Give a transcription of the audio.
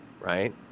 right